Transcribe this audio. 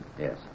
Yes